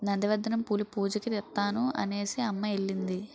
నంది వర్ధనం పూలు పూజకి తెత్తాను అనేసిఅమ్మ ఎల్లింది